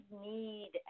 need